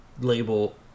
label